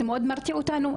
זה מאוד מרתיע אותנו,